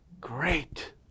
great